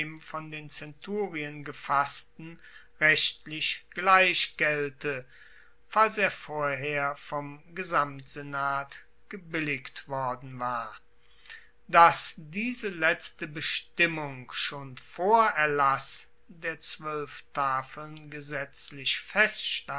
von den zenturien gefassten rechtlich gleich gelte falls er vorher vom gesamtsenat gebilligt worden war dass diese letzte bestimmung schon vor erlass der zwoelf tafeln gesetzlich